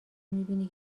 میبینی